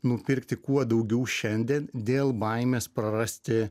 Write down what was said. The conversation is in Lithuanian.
nupirkti kuo daugiau šiandien dėl baimės prarasti